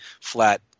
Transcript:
flat